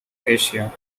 asia